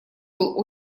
был